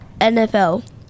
NFL